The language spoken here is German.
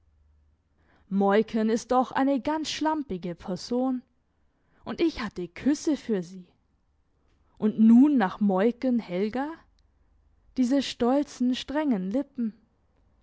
moiken ist doch eine ganz schlampige person und ich hatte küsse für sie und nun nach moiken helga diese stolzen strengen lippen